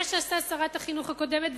מה עשתה שרת החינוך הקודמת,